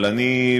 אבל אני,